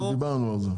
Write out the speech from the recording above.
דיברנו על זה.